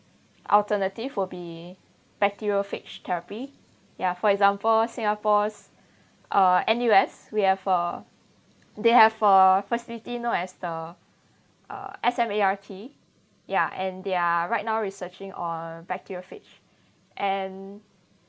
alternative will be bacteriophage therapy ya for example singapores uh N_U_S we have a they have a facility known as the uh S_M_A_R_T ya and they're right now researching on bacteriophage and